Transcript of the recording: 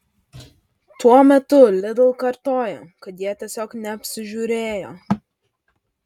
tuo metu lidl kartoja kad jie tiesiog neapsižiūrėjo